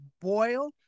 boil